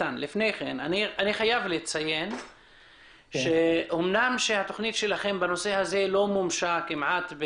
אבל אני חייב לציין שאמנם התכנית שלכם בנושא הזה לא מומשה כמעט,